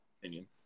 opinion